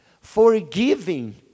forgiving